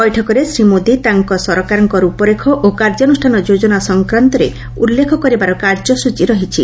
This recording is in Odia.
ବୈଠକରେ ଶ୍ରୀ ମୋଦି ତାଙ୍କ ସରକାରଙ୍କ ରୂପରେଖ ଓ କାର୍ଯ୍ୟାନୁଷ୍ଠାନ ଯୋଜନା ସଂକ୍ରାନ୍ତରେ ଉଲ୍ଲେଖ କରିବାର କାର୍ଯ୍ୟସ୍ତଚୀ ରହିଛି